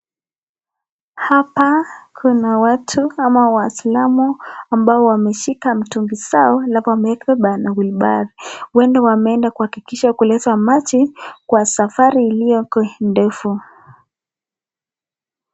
Hapa kuna watu ama waislamu ambao wameshika mitungi zao alafu wameweka wilbari . Huenda wameenda kuhakikisha kuleta maji kwa safari iliyoko ndefu.